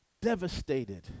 devastated